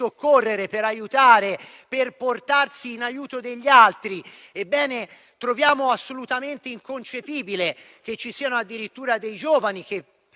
soccorrere, per aiutare, per portarsi in aiuto degli altri. Ebbene, troviamo assolutamente inconcepibile che ci siano dei giovani che